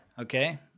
Okay